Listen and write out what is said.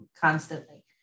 constantly